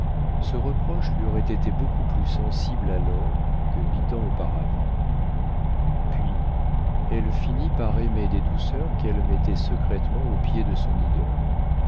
ce reproche lui aurait été beaucoup plus sensible alors que huit ans auparavant puis elle finit par aimer des douceurs qu'elle mettait secrètement aux pieds de son idole